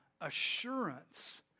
assurance